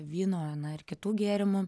vyno na ir kitų gėrimų